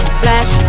flash